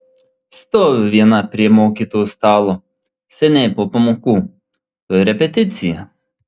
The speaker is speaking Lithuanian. stoviu viena prie mokytojų stalo seniai po pamokų tuoj repeticija